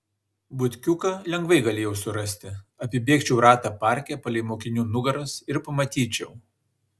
butkiuką lengvai galėjau surasti apibėgčiau ratą parke palei mokinių nugaras ir pamatyčiau